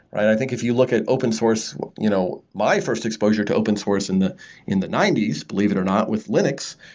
i think if you look at open source you know my first exposure to open source in the in the ninety s, believe it or not, with linux.